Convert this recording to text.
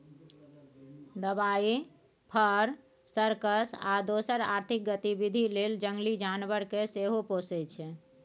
दबाइ, फर, सर्कस आ दोसर आर्थिक गतिबिधि लेल जंगली जानबर केँ सेहो पोसय छै